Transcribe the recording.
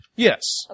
Yes